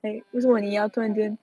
orh